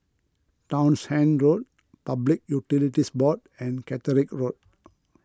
Townshend Road Public Utilities Board and Caterick Road